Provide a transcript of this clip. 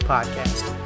Podcast